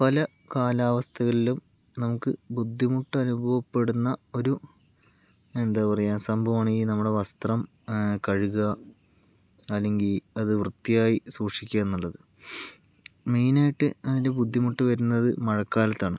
പല കാലാവസ്ഥകളിലും നമുക്ക് ബുദ്ധിമുട്ട് അനുഭവപ്പെടുന്ന ഒരു എന്താ പറയുക സംഭവമാണ് ഈ നമ്മുടെ വസ്ത്രം കഴുകുക അല്ലെങ്കിൽ അത് വൃത്തിയായി സൂക്ഷിക്കുക എന്ന് ഉള്ളത് മെയിനായിട്ട് അതിൻ്റെ ബുദ്ധിമുട്ട് വരുന്നത് മഴക്കാലത്താണ്